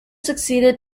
succeeded